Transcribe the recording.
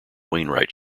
wainwright